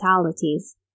fatalities